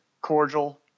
cordial